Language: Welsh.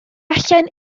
allan